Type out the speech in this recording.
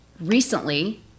recently